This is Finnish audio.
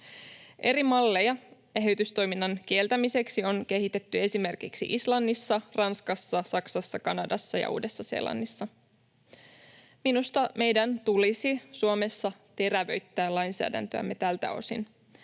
Eri malleja eheytystoiminnan kieltämiseksi on kehitetty esimerkiksi Islannissa, Ranskassa, Saksassa, Kanadassa ja Uudessa-Seelannissa. Minusta meidän tulisi Suomessa terävöittää lainsäädäntöämme tältä osin.